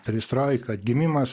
peristroika atgimimas